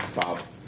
Bob